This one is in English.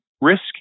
risk